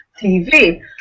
TV